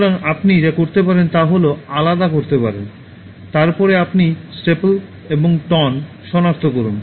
সুতরাং আপনি যা করতে পারেন তা হল আলাদা করতে পারেন তারপরে আপনি স্ট্যাপল এবং টন সনাক্ত করুন